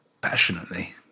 passionately